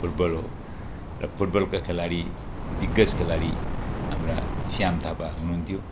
football हो र फुटबलका खेलाडी दिग्गज खेलाडी हाम्रा श्याम थापा हुनुहुन्थ्यो